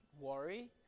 worry